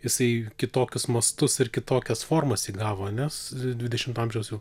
jisai kitokius mastus ir kitokias formas įgavo nes dvidešimto amžiaus jau